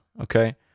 okay